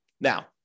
Now